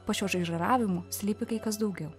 po šio žaižaravimo slypi kai kas daugiau